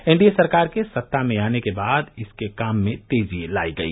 NDA सरकार के सत्ता में आने के बाद इसके काम में तेजी लाई गई